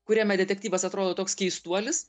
kuriame detektyvas atrodo toks keistuolis